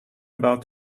about